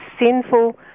sinful